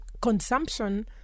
consumption